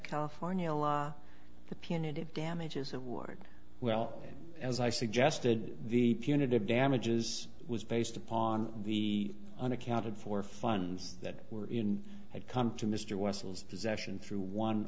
california law the punitive damages award well as i suggested the punitive damages was based upon the unaccounted for funds that were in had come to mr wessels possession through one